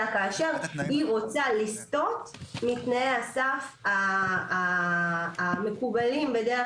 אלא כאשר היא רוצה לסטות מתנאי הסף המקובלים בדרך